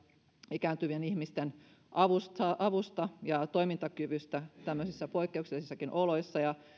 ikääntyvien ihmisten avusta ja toimintakyvystä tämmöisissä poikkeuksellisissakin oloissa ja